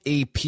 AP